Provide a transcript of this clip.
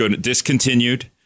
discontinued